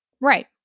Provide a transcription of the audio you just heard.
right